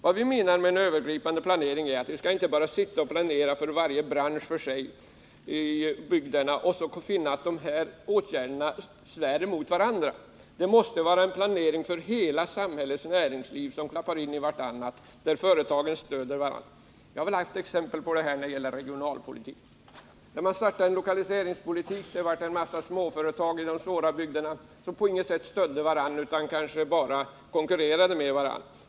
Vad vi menar med en övergripande planering är att man inte skall planera för varje bransch för sig i bygderna och sedan finna att åtgärderna strider mot varandra. Det måste vara en planering för hela samhällets näringsliv, där bitarna klaffar i varandra, där företagen stöder varandra. Det finns exempel att anföra när det gäller regionalpolitiken. Det får inte vara så att man i bygder med sysselsättningssvårigheter startar en massa småföretag som på inget sätt stöder varandra utan kanske bara konkurrerar inbördes.